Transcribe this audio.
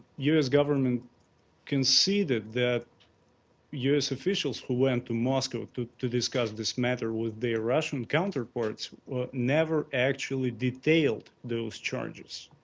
u s. government conceded that u s. officials who went to moscow to to discuss this matter with their russian counterparts never actually detailed those charges,